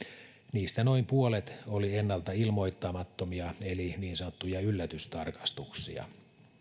niistä noin puolet oli ennalta ilmoittamattomia eli niin sanottuja yllätystarkastuksia